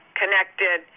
connected